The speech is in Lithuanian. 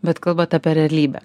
bet kalbat apie realybę